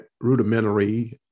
rudimentary